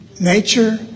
nature